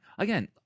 Again